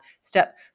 step